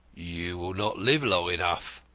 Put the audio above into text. you will not live long enough.